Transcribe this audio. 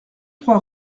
trois